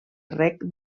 rec